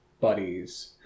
buddies